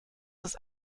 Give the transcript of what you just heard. ist